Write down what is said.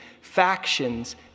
factions